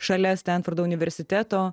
šalia stenfordo universiteto